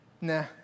nah